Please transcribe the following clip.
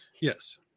Yes